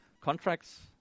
contracts